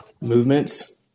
movements